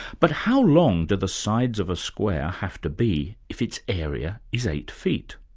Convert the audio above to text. but how long do the sides of a square have to be if its area is eight feet?